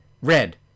red